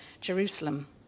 Jerusalem